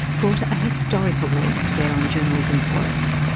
brought a historical lens to bear on journalism for us.